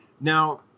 Now